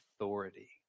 authority